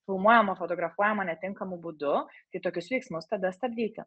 filmuojama fotografuojama netinkamu būdu tai tokius veiksmus tada stabdyti